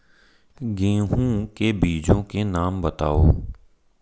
गेहूँ के बीजों के नाम बताओ?